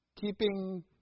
keeping